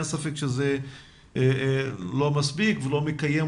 אין ספק שזה לא מספיק וזה לא מקיים,